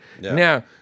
Now